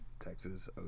Texas